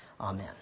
Amen